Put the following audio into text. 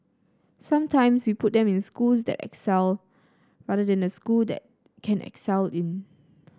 sometimes we put them in schools that excel rather than a school that can excel in